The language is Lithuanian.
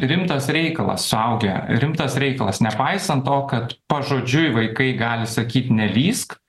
rimtas reikalas suaugę rimtas reikalas nepaisant to kad pažodžiui vaikai gali sakyt nelįsk